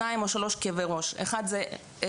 שניים או שלושה כאבי ראש אחד זה קלסטר,